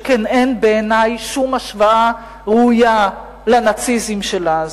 שכן אין בעיני שום השוואה ראויה לנאציזם של אז.